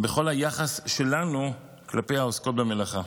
בכל היחס שלנו כלפי העוסקות במלאכה.